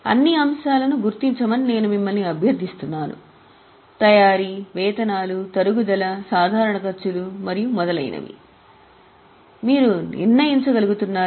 అన్ని అంశాలను గుర్తించమని నేను మిమ్మల్ని అభ్యర్థిస్తాను తయారీ వేతనాలు తరుగుదల సాధారణ ఖర్చులు మరియు మొదలైనవి మీరు నిర్ణయించగలుగు తున్నారా